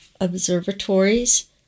observatories